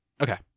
Okay